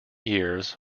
years